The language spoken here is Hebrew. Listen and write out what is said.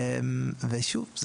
שוב,